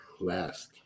last